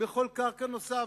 בכל קרקע נוסף,